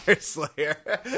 Slayer